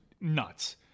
nuts